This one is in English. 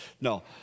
no